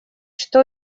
что